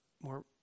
more